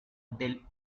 del